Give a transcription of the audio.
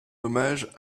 hommage